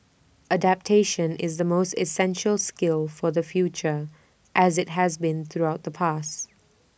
adaptation is the most essential skill for the future as IT has been throughout the past